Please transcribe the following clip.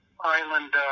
Island